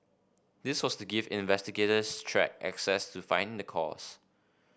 this was to give investigators track access to find the cause